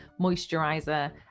moisturizer